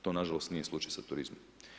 To nažalost nije slučaj sa turizmom.